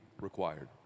required